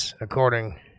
according